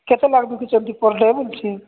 କେତେ ଲେଖା ବିକୁଛନ୍ତି ପର୍ ଡେ ବୋଲୁଛି